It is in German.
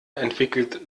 entwickelt